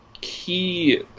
key